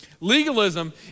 Legalism